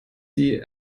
die